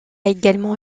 également